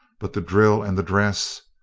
but the drill and the dress!